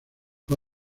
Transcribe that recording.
fue